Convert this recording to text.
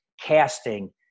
casting